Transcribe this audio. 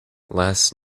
last